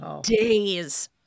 days